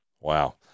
Wow